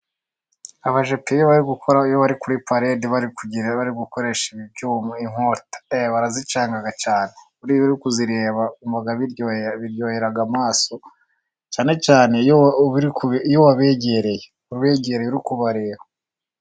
Abajepe iyo bari gukora iyo bari kuri palede bari gukoresha ibi byuma inkota barazicanga cyane. Buriya kuzireba biryo biryohera amaso, cyane cyane iyo wabegereye ubegereye uri kubareba.